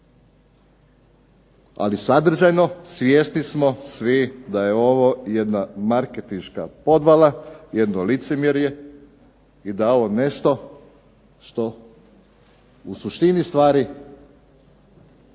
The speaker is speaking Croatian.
Ali sadržajno svjesni smo svi da je ovo jedna marketinška podvala, jedno licemjerje i da je ovo nešto što u suštini stvari